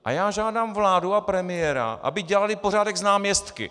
A já žádám vládu a premiéra, aby dělali pořádek s náměstky.